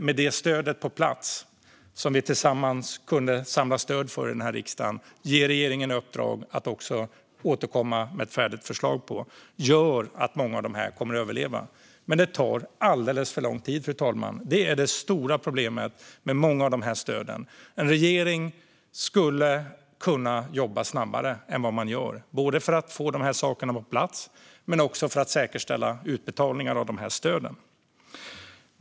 Det här stödet, som vi tillsammans kunde samla stöd för i den här riksdagen och ge regeringen i uppdrag att återkomma med ett färdigt förslag om, gör att många av de här företagarna kommer att överleva. Men det tar alldeles för lång tid, fru talman. Det är det stora problemet med många av de här stöden. En regering skulle kunna jobba snabbare än vad man gör för att få de här sakerna på plats och för att säkerställa utbetalningar av de här stöden.